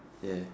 ya